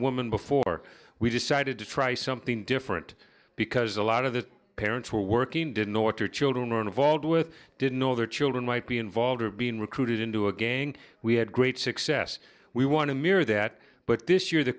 woman before we decided to try something different because a lot of the parents were working didn't know what your children were involved with didn't know their children might be involved or being recruited into a gang we had great success we want to mirror that but this year the